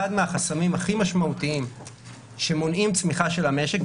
אחד מהחסמים הכי משמעותיים שמונעים צמיחה של המשק,